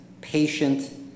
patient